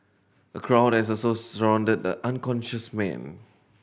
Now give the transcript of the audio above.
a crowd had also surrounded the unconscious man